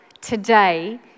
today